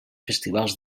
festivals